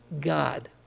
God